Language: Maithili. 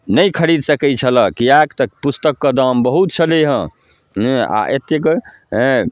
नहि खरीद सकै छलै किएकि तऽ पुस्तकके दाम बहुत छलै हँ हँ एतेक हँ